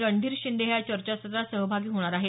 रणधीर शिंदे हे या चर्चासत्रात सहभागी होणार आहेत